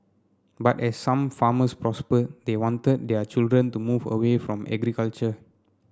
but as some farmers prospered they wanted their children to move away from agriculture